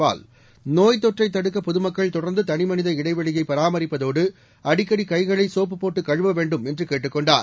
பால் நோய்த் தொற்றை தடுக்க பொதுமக்கள் தொடர்ந்து தளிமனித இடைவெளியை பராமரிப்பதோடு அடிக்கடி கைகளை சோப்புப் போட்டு கழுவ வேண்டும் என்று கேட்டுக் கொண்டார்